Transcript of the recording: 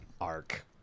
Arc